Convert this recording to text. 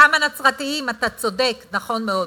וגם הנצרתיים, אתה צודק, נכון מאוד.